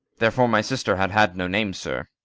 therefore, my sister had had no name, sir.